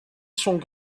sont